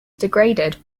degraded